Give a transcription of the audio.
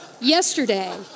yesterday